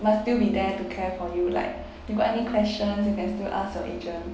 must still be there to care for you like you got any questions you can still ask your agent